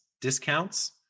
discounts